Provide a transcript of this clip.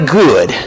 good